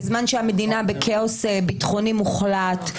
בזמן שהמדינה בכאוס ביטחוני מוחלט,